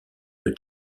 une